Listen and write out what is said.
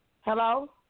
hello